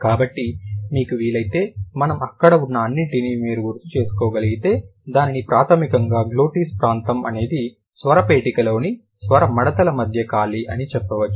కాబట్టి మీకు వీలైతే మనము అక్కడ ఉన్న అన్నింటిని మీరు గుర్తుచేసుకోగలిగితే దానిని ప్రాథమికంగా గ్లోటిస్ ప్రాంతం అనేది స్వరపేటికలోని స్వర మడతల మధ్య ఖాళీ అని చెప్పవచ్చు